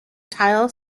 tile